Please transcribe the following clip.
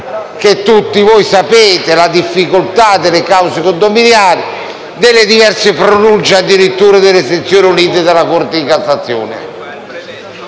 Tutti voi conoscete la difficoltà delle cause condominiali e le diverse pronunce addirittura delle sezioni unite della Corte di cassazione.